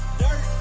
dirt